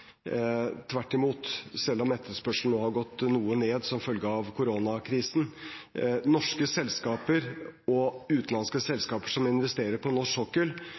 tvert imot, selv om etterspørselen nå har gått noe ned som følge av koronakrisen. Norske og utenlandske selskaper som investerer på norsk sokkel,